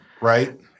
right